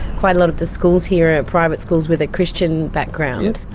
quite a lot of the schools here are private schools with a christian background.